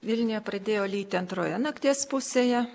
vilniuje pradėjo lyti antroje nakties pusėje